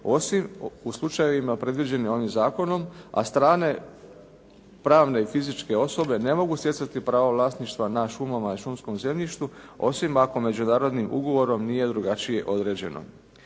osim u slučajevima predviđenim ovim zakonom, a strane pravne i fizičke osobe ne mogu stjecati pravo vlasništva na šumama i šumskom zemljištu osim ako međunarodnim ugovorom nije drugačije određeno.